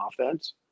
offense